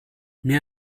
mir